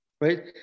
right